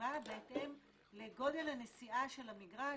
נקבע בהתאם לגודל הנשיאה של המגרש,